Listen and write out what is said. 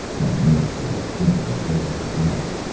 my nerves were as jumpy as those of the rest.